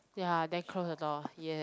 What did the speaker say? ya then close the door ya